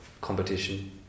competition